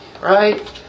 right